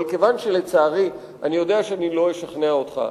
אבל כיוון שלצערי אני יודע שאני לא אשכנע אותך,